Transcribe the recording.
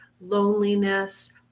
loneliness